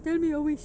tell me your wish